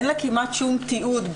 אין לה כמעט שום תיעוד,